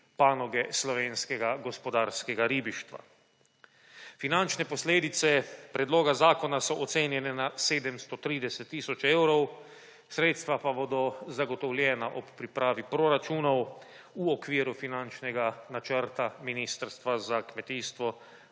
panoge slovenskega gospodarskega ribištva. Finančne posledice predloga zakona so ocenjene na 730 tisoč evrov, sredstva pa bodo zagotovljena ob pripravi proračunov v okviru finančnega načrta Ministrstva za kmetijstvo,